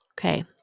Okay